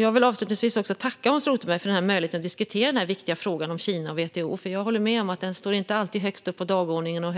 Jag vill avslutningsvis tacka Hans Rothenberg för möjligheten att diskutera den viktiga frågan om Kina och WTO, för jag håller med om att den inte alltid står högst upp på dagordningen och